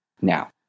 Now